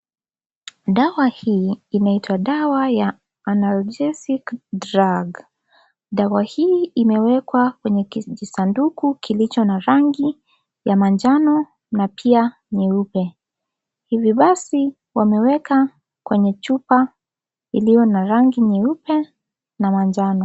Dawa hii inaitwa dawa ya (cs)Analgesic drug(cs) dawa hii imewekwa kwenye kijisanduku kilicho na rangi ya manjano na pia nyeupe hivi basi wameweka kwenye chupa iliyo na rangi nyeupe na manjano.